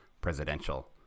presidential